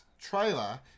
trailer